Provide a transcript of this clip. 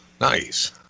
nice